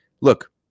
look